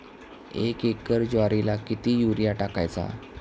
एक एकर ज्वारीला किती युरिया टाकायचा?